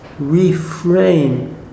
reframe